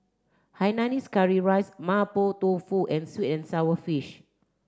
Hainanese curry rice mapo tofu and sweet and sour fish